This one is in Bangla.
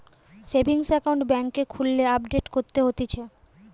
সেভিংস একাউন্ট বেংকে খুললে আপডেট করতে হতিছে